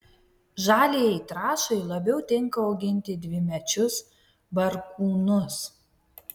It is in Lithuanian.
žaliajai trąšai labiau tinka auginti dvimečius barkūnus